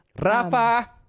Rafa